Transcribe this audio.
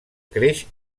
creix